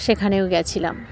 সেখানেও গেছিলাম